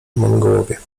mongołowie